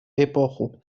эпоху